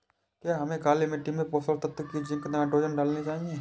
क्या हमें काली मिट्टी में पोषक तत्व की जिंक नाइट्रोजन डालनी चाहिए?